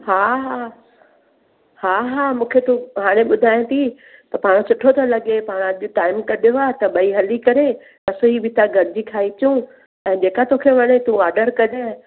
हा हा हा हा मूंखे तूं हाणे ॿुधाए थी त पाण सुठो थो लॻे पाण अॼु टाईम कढियो आहे त ॿई हली करे रसोई बि था गॾजी खाई अचूं ऐं जेका तोखे वणे तूं ऑडर कजे